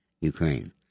Ukraine